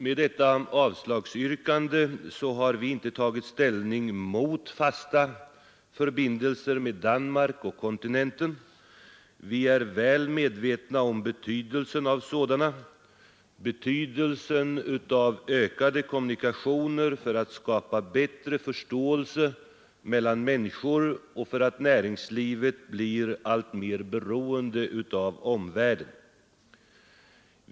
Med detta avslagsyrkande har vi inte tagit ställning mot fasta förbindelser med Danmark och kontinenten. Vi är väl medvetna om betydelsen av sådana, om betydelsen av ökade kommunikationer för att skapa bättre förståelse mellan människor och därför att näringslivet blir alltmer beroende av omvärlden.